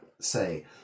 say